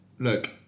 Look